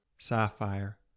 Sapphire